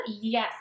Yes